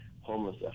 homeless